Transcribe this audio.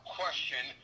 question